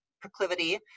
proclivity